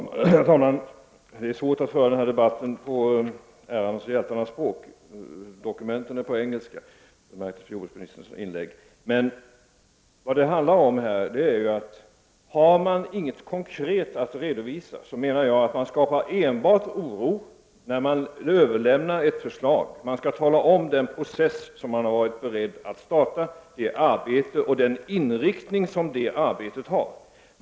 Herr talman! Det är svårt att föra denna debatt på ärans och hjältarnas språk. Dokumenten är på engelska, vilket märks av jordbruksministerns in lägg. Vad det handlar om är att man, om man inte har något konkret att redo visa, enbart skapar oro när man överlämnar ett förslag. Man bör ge upplysningar om den process man har varit beredd att starta och vilken inriktning detta arbete har.